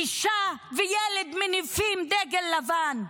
אישה וילד מניפים דגל לבן,